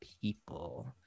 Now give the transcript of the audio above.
people